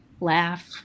laugh